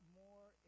more